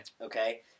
Okay